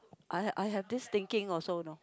I have I have this thinking also know